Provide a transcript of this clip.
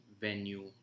venue